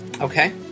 Okay